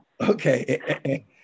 Okay